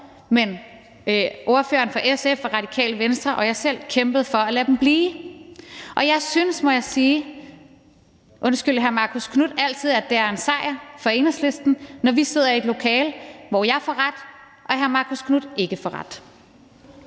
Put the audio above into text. men ordføreren for SF og Radikale Venstre og jeg selv kæmpede for at lade dem blive. Og jeg synes altid, må jeg sige – undskyld, hr. Marcus Knuth – at det er en sejr for Enhedslisten, når vi sidder i et lokale, hvor jeg får ret, og hr. Marcus Knuth ikke får ret.